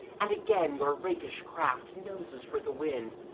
and again your rakish craft noses for the wind,